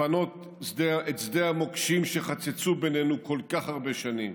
לפנות את שדה המוקשים שחצצו בינינו כל כך הרבה שנים".